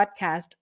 podcast